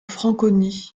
franconie